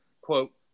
Quote